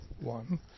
one